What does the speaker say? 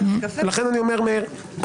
מאיר,